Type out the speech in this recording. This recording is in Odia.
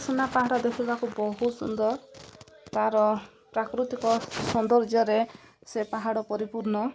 ସୁନା ପାହାଡ଼ ଦେଖିବାକୁ ବହୁତ ସୁନ୍ଦର ତା'ର ପ୍ରାକୃତିକ ସୌନ୍ଦର୍ଯ୍ୟରେ ସେ ପାହାଡ଼ ପରିପୂର୍ଣ୍ଣ